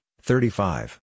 thirty-five